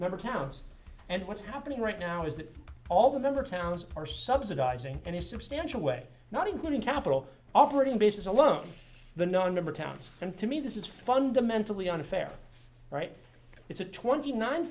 member towns and what's happening right now is that all the member towns are subsidizing any substantial way not including capital operating bases alone the nonmember towns and to me this is fundamentally unfair right it's a twenty nine